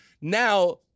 Now